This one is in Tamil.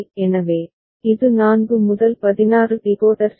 எனவே இது 4 முதல் 16 டிகோடர் சரி